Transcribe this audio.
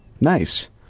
Nice